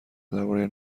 درباره